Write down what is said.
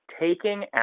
taking